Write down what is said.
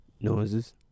Noises